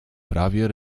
prawie